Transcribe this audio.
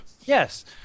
Yes